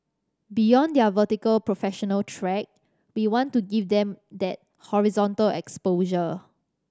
beyond their vertical professional track we want to give them that horizontal exposure